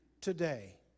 Today